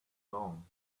long